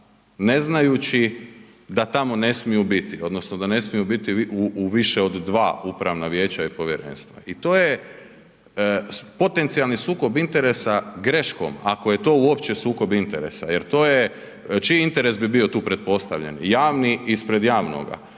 ne znajući da tamo ne smiju biti odnosno da ne smiju biti u više od 2 upravna vijeća i povjerenstva. I to je potencijalni sukob interesa greškom ako je to uopće sukob interesa jer to je, čiji interes bi bio tu pretpostavljen, javni ispred javnoga,